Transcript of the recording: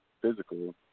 physical